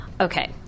okay